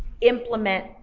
implement